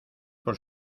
por